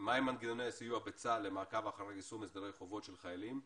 מה הם מנגנוני הסיוע בצה"ל למעקב אחרי יישום הסדרי חובות של חיילים?